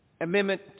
Amendment